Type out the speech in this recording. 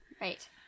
Right